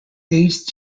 aged